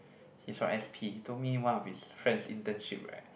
he's from s_p he told me one of his friends internship right